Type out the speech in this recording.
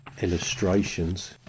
illustrations